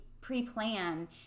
pre-plan